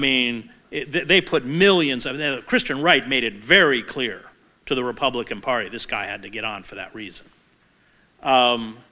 mean they put millions of the christian right made it very clear to the republican party this guy had to get on for that reason